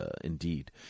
indeed